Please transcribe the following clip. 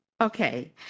Okay